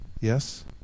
Yes